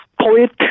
poet